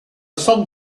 song